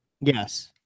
Yes